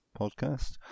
podcast